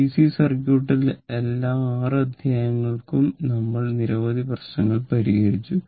DC സർക്യൂട്ടിൽ എല്ലാ 6 അധ്യായങ്ങൾക്കും നമ്മൾ നിരവധി പ്രശ്നങ്ങൾ പരിഹരിച്ചു